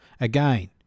Again